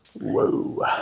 Whoa